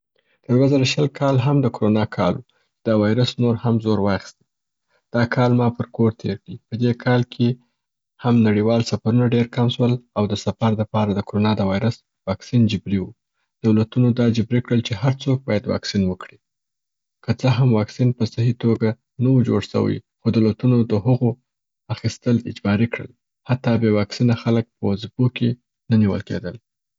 د دوه زره شل کال هم د کرونا کال و دا ویروس نور هم زور واخیستی. دا کال ما پر کور تیر کئ. په دې کال کې هم نړیوال سفرونه ډېر کم سول او د سفر د پاره د کرونا د وایرس واکسن جبري و. دولتونو دا جبري کړل چې هر څوک باید واکسین وکړي. که څه هم واکسین په صحح توګه نه و جوړ سوی خو دولتونو د هغو اخیستل اجباري کړل. حتا بې واکسینه خلګ په وظیفو کې نه نیول کیدل.